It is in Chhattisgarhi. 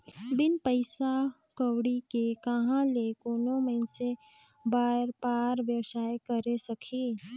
बिन पइसा कउड़ी के कहां ले कोनो मइनसे बयपार बेवसाय करे सकही